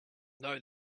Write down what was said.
though